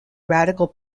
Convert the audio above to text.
radical